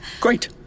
great